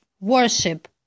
worship